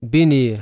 Bini